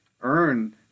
earn